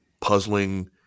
puzzling